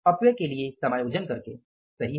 अपव्यय के लिए समायोजन करके सही है